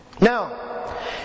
Now